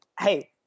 hey